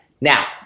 Now